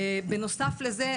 בנוסף לזה,